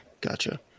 Gotcha